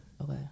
Okay